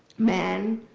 man,